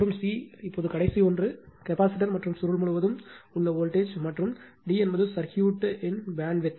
மற்றும் c இப்போது கடைசி ஒன்று கெபாசிட்டர் மற்றும் சுருள் முழுவதும் வோல்ட்டேஜ் மற்றும் d என்பது சர்க்யூட் இன் பேண்ட்வித்